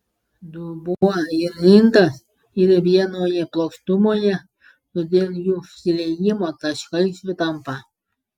dubuo ir indas yra vienoje plokštumoje todėl jų susiliejimo taškai sutampa